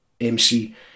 MC